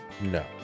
No